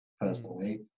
personally